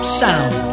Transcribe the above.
sound